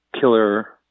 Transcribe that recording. killer